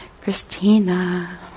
Christina